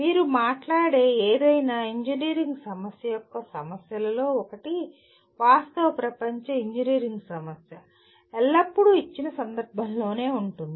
మీరు మాట్లాడే ఏదైనా ఇంజనీరింగ్ సమస్య యొక్క సమస్యలలో ఒకటి వాస్తవ ప్రపంచ ఇంజనీరింగ్ సమస్య ఎల్లప్పుడూ ఇచ్చిన సందర్భంలోనే ఉంటుంది